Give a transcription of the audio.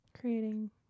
Creating